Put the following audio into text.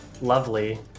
Lovely